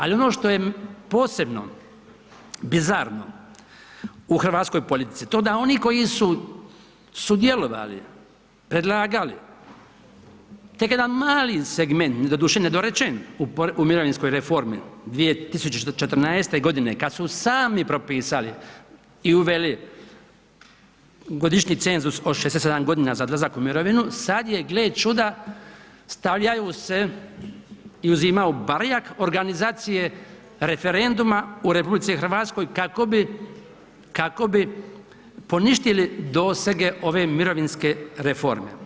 Ali ono što je posebno bizarno u hrvatskoj politici to da oni koji su sudjelovali predlagali, tek jedan mali segment, doduše nedorečen u mirovinskoj reformi 2014. godine kada su sami propisali i uveli godišnji cenzus od 67 godina za odlazak u mirovinu sada je gle čuda stavljaju se i uzimaju ... organizacije referenduma u RH kako bi poništili dosege ove mirovinske reforme.